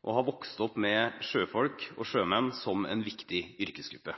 og har vokst opp med sjøfolk og sjømenn som en viktig yrkesgruppe.